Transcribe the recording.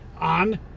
on